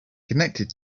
connected